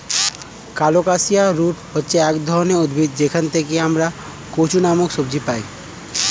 colocasia root হচ্ছে এক ধরনের উদ্ভিদ যেখান থেকে আমরা কচু নামক সবজি পাই